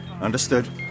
understood